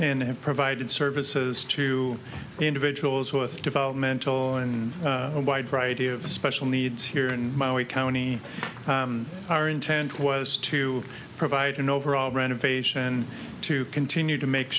and have provided services to individuals with developmental and a wide variety of special needs here in we county our intent was to provide an overall renovation to continue to make